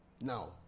now